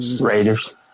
Raiders